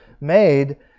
made